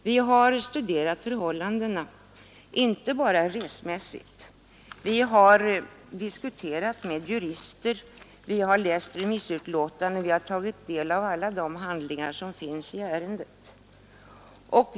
Vi har studerat förhållandena riksmässigt, vi har diskuterat med jurister, vi har läst remissutlåtandena och tagit del av alla de handlingar som finns i ärendet.